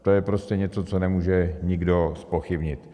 To je prostě něco, co nemůže nikdo zpochybnit.